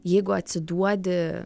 jeigu atsiduodi